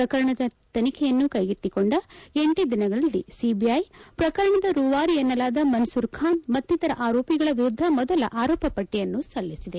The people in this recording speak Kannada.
ಪ್ರಕರಣದ ತನಿಖೆಯನ್ನು ಕೈಗೆತ್ತಿಕೊಂಡ ಎಂಟೇ ದಿನಗಳಲ್ಲಿ ಸಿಬಿಐ ಪ್ರಕರಣದ ರೂವಾರಿ ಎನ್ನಲಾದ ಮನ್ಸೂರ್ ಖಾನ್ ಮತ್ತಿತರ ಆರೋಪಿಗಳ ವಿರುದ್ದ ಮೊದಲ ಆರೋಪಟ್ಟಯನ್ನು ಸಲ್ಲಿಸಿದೆ